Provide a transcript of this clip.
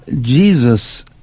Jesus